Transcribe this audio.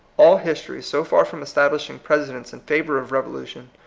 all history, so far from establishing prece dents in favor of revolution,